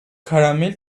caramel